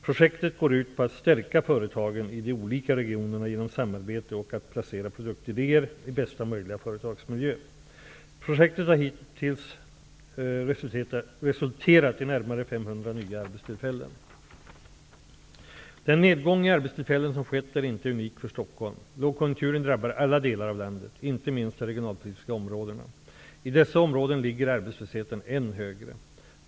Projektet går ut på att stärka företagen i de olika regionerna genom samarbete och att placera produktidéer i bästa möjliga företagsmiljö. Projektet har hittills resulterat i närmare 500 nya arbetstillfällen. Den nedgång i arbetstillfällen som skett är inte unik för Stockholm. Lågkonjunkturen drabbar alla delar av landet, inte minst de regionalpolitiska områdena. I dessa områden ligger arbetslösheten än högre.